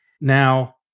Now